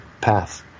path